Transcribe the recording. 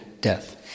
death